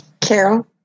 carol